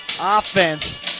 offense